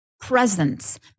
presence